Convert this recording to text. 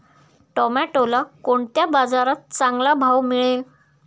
टोमॅटोला कोणत्या बाजारात चांगला भाव मिळेल?